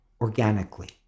organically